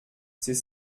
c’est